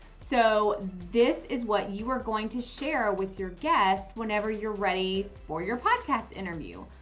so this is what you are going to share with your guests whenever you're ready for your podcast interview.